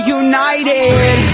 united